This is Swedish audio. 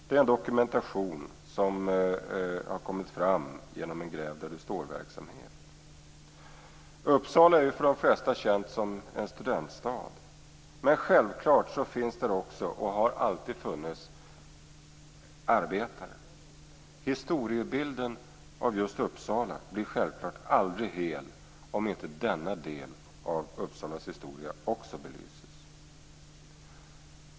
Det är en dokumentation som har kommit fram genom en gräv-där-du-stårverksamhet. Uppsala är för de flesta känt som en studentstad. Men självklart finns där också och har alltid funnits arbetare. Historiebilden av just Uppsala blir förstås aldrig hel om inte denna del av Uppsalas historia också belyses.